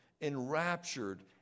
enraptured